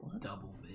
double